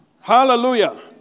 Hallelujah